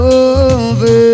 over